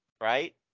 Right